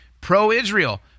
pro-Israel